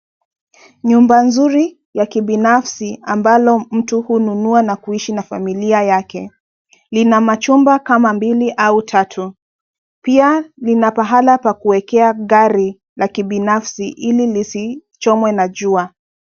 Nyumba nzuri ya kibinafsi ambalo mtu hununua na kuishi na familia yake. Lina machumba kama mbili au tatu. Pia lina pahala pa kuekea gari la kibinafsi ili lisichomwe na jua.